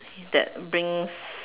that brings